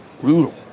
brutal